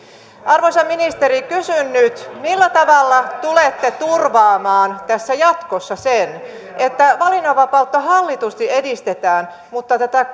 arvoisa ministeri kysyn nyt millä tavalla tulette turvaamaan tässä jatkossa sen että valinnanvapautta hallitusti edistetään mutta tätä